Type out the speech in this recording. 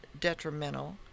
detrimental